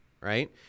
right